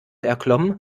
erklomm